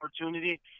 opportunity